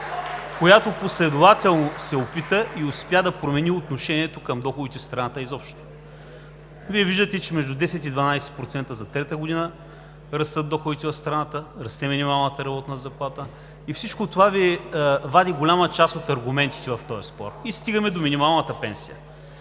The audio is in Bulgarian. която последователно се опита и успя да промени отношението към доходите в страната изобщо. Вие виждате, че за трета година между 10% и 12% растат доходите в страната, расте минималната работна заплата и всичко това вади голяма част от аргументите Ви в този спор. И стигаме до минималната пенсия.